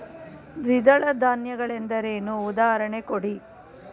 ದ್ವಿದಳ ಧಾನ್ಯ ಗಳೆಂದರೇನು, ಉದಾಹರಣೆ ಕೊಡಿ?